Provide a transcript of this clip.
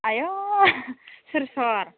आयौ सोर सोर